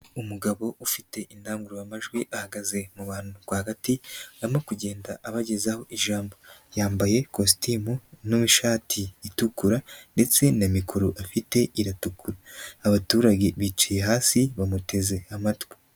Umugabo ufite indangururamajwi ahagaze mu bantu rwagati arimo kugenda abagezaho ijambo, yambaye ikositimu n'ishati itukura ndetse na mikoro afite iratukura, abaturage bicaye hasi bamuteze amatwi.